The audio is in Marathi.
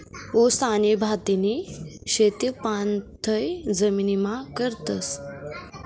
ऊस आणि भातनी शेती पाणथय जमीनमा करतस